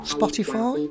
Spotify